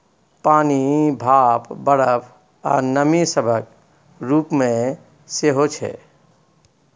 पानि, भाप, बरफ, आ नमी सभक रूप मे सेहो छै